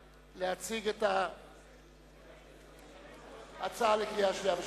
להציג את ההצעה לקריאה שנייה ושלישית.